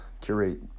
curate